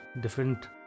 different